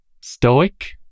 Stoic